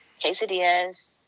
quesadillas